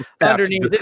underneath